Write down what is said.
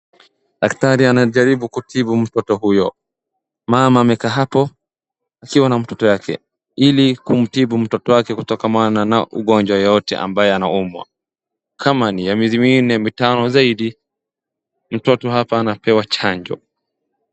Daktari anajaribu kutibu mtoto huyo. Mama amekaa hapo akiwa na mtoto yake ili kumtibu mtoto wake kutoka maana na ugonjwa yoyote ambaye anaumwa. Kama ni ya miezi minne, mitano zaidi, mtoto hapa anapewa chanjo.